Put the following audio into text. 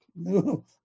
No